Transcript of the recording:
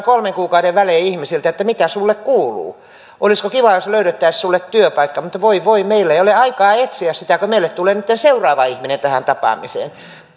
kolmen kuukauden välein ihmisiltä että mitä sulle kuuluu olisiko kiva jos löydettäis sulle työpaikka mutta voi voi meillä ei ole aikaa etsiä sitä kun meille tulee nytten seuraava ihminen tähän tapaamiseen